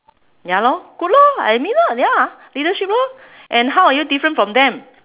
ya lor good lor like I mean lah ya leadership lor and how are you different from them